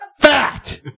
fat